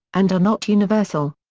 and are not universal.